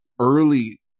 early